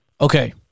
Okay